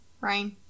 Rain